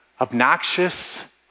Obnoxious